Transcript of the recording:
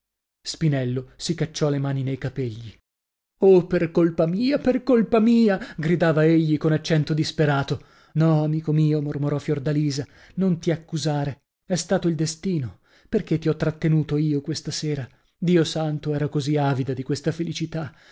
spinello si cacciò le mani nei capegli oh per colpa mia per colpa mia gridava egli con accento disperato no amico mio mormorò fiordalisa non ti accusare è stato il destino perchè ti ho trattenuto io questa sera dio santo ero così avida di questa felicità